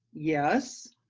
yes,